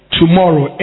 tomorrow